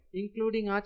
including